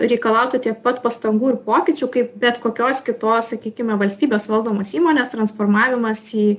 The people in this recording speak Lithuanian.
reikalautų tiek pat pastangų ir pokyčių kaip bet kokios kitos sakykime valstybės valdomos įmonės transformavimas į